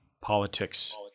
Politics